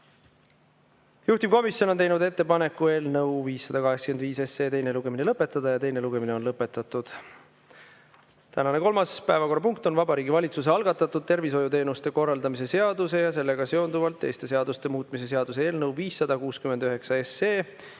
Juhtivkomisjon on teinud ettepaneku eelnõu 585 teine lugemine lõpetada. Teine lugemine on lõpetatud. Tänane kolmas päevakorrapunkt on Vabariigi Valitsuse algatatud tervishoiuteenuste korraldamise seaduse ja sellega seonduvalt teiste seaduste muutmise seaduse eelnõu (569 SE)